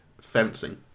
fencing